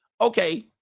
Okay